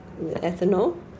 ethanol